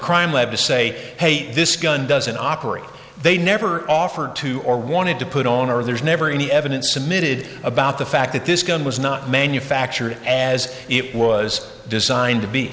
crime lab to say i hate this gun doesn't operate they never offered to or wanted to put on or there's never any evidence submitted about the fact that this gun was not manufactured as it was designed to be